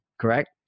correct